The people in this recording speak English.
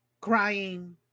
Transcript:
crying